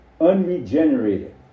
unregenerated